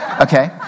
Okay